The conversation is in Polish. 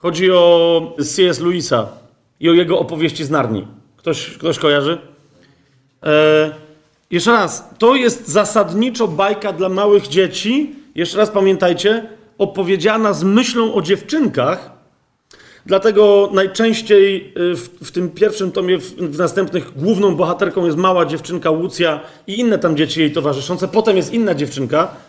Chodzi o C.S. Louisa i o jego opowieści z Narni. Ktoś- ktoś kojarzy? E, jeszcze raz, to jest zasadniczo bajka dla małych dzieci. Jeszcze raz pamiętajcie, opowiedziana z myślą o dziewczynkach. Dlatego najczęściej, y, w- w tym pierwszym tomie, w- w następnych główną bohaterką jest mała dziewczynka Lucja i inne tam dzieci jej towarzyszące. Potem jest inna dziewczynka.